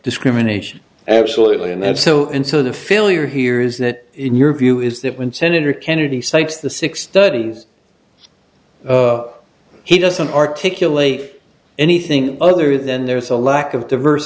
discrimination absolutely and that's so and so the failure here is that in your view is that when senator kennedy cites the six thirty he doesn't articulate anything other then there is a lack of divers